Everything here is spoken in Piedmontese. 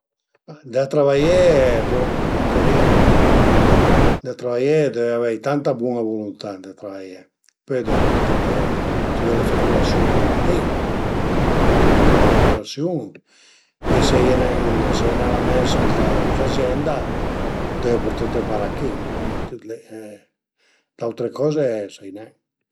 Secund mi fe 'na foto a 'na persun-a al e nen al e nen tant dificil, ma al e ën puchetin cumplicà, prima dë tüt a deu ese 'na coza natüral, nen fela büté ën poza, büte da si, büte parei. La coza natüral al e la meiur secund mi, ti dize va li e guardete ën gir e fa lon che völe